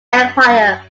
empire